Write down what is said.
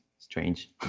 Strange